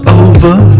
over